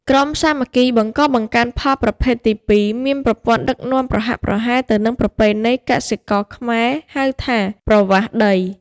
ក្រុមសាមគ្គីបង្កបង្កើនផលប្រភេទទី២ មានប្រព័ន្ធដឹកនាំប្រហាក់ប្រហែលទៅនឹងប្រពៃណីកសិករខ្មែរហៅថា "ប្រវាសដី"។